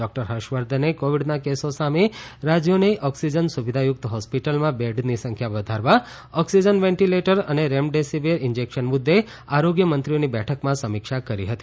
doctor હર્ષવર્ધને કોવિડના કેસોની સામે રાજ્યોને ઓક્સિજન સુવિધાયુક્ત હોસ્પિટલમાં બેડની સંખ્યા વધારવા ઓક્સીજન વેન્ટીલેટર અને રેમડેસીવીર ઇન્જેક્શન મુદ્દે આરોગ્યમંત્રીઓની બેઠકમાં સમિક્ષા કરી હતી